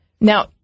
Now